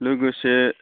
लोगोसे